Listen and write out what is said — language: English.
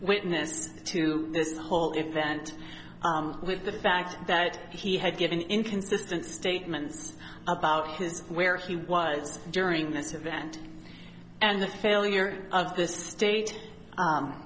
witness to this whole event with the fact that he had given inconsistent statements about his where he was during this event and the failure of the state